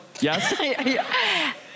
yes